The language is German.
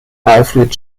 alfred